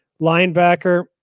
linebacker